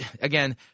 again